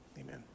amen